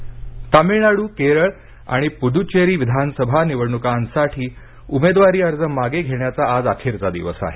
निवडणका तामिळनाडू केरळ आणि पुदुष्वेरी विधानसभा निवडणुकांसाठी उमेदवारी अर्ज मागे घेण्याचा आज अखेरचा दिवस आहे